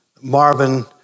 Marvin